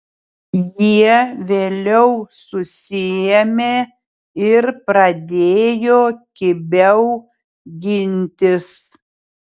jie vėliau susiėmė ir pradėjo kibiau gintis